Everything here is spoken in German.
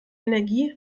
energie